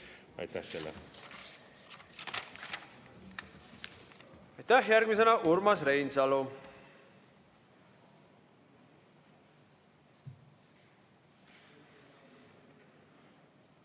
Aitäh teile! Aitäh! Järgmisena Urmas Reinsalu.